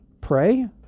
pray